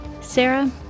Sarah